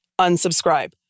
unsubscribe